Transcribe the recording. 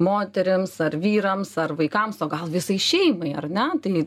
moterims ar vyrams ar vaikams o gal visai šeimai ar ne tai